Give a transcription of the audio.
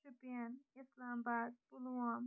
Shopian Islamabad Pulwama